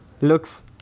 looks